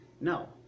No